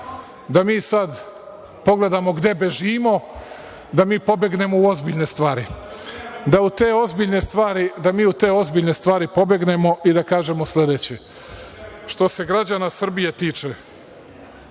da mi sad pogledamo gde bežimo, da mi pobegnemo u ozbiljne stvari, da mi u te ozbiljne stvari pobegnemo i da kažemo sledeće. Što se građana Srbije tiče,